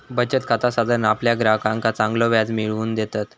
बचत खाता साधारण आपल्या ग्राहकांका चांगलो व्याज मिळवून देतत